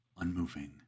unmoving